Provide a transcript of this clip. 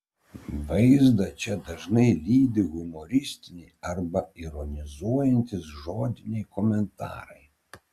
vaizdą čia dažnai lydi humoristiniai arba ironizuojantys žodiniai komentarai